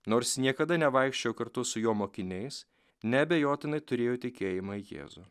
nors niekada nevaikščiojo kartu su jo mokiniais neabejotinai turėjo tikėjimą į jėzų